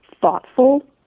thoughtful